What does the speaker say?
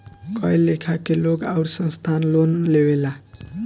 कए लेखा के लोग आउर संस्थान लोन लेवेला